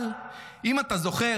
אבל אם אתם זוכרים,